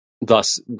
Thus